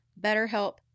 BetterHelp